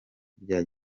bya